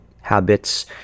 habits